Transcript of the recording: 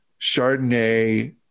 Chardonnay